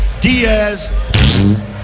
diaz